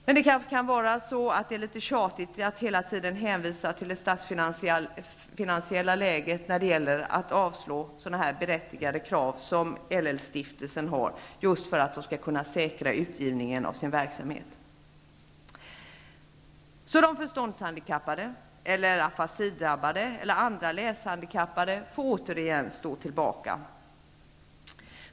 Det är kanske litet tjatigt att hela tiden hänvisa till det statsfinansiella läget när det gäller att avslå sådana här berättigade krav som LL-stiftelsen har, just för att de skall kunna säkra utgivningen av sin verksamhet. De förståndshandikappade, afasidrabbade eller andra läshandikappade får återigen stå tillbaka.